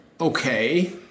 Okay